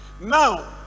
Now